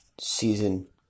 season